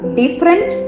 different